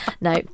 No